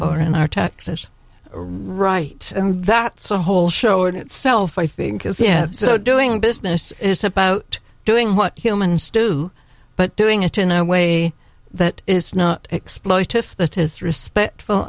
for in our taxes right and that's a whole show in itself i think is yeah so doing business is about doing what humans do but doing it in a way that is not exploitive if that is respectful